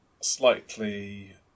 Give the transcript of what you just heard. slightly